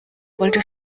wollte